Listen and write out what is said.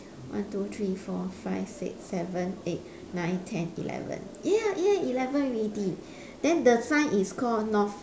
one two three four five six seven eight nine ten eleven ya ya eleven already then the sign is called north